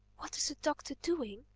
what is the doctor doing?